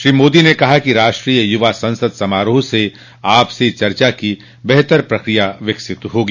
श्री मोदी ने कहा कि राष्ट्रीय युवा संसद समारोह से आपसी चर्चा की बेहतर प्रक्रिया विकसित होगी